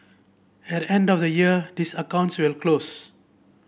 at end of the year these accounts will close